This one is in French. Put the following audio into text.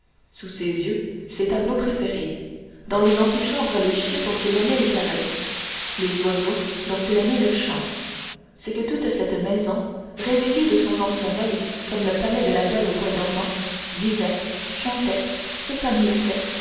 sous ses yeux ses tableaux préférés dans les antichambres les chiens dont il aimait les caresses les oiseaux dont il aimait le chant c'est que toute cette maison réveillée de son long sommeil comme le palais de la belle au bois dormant vivait chantait s'épanouissait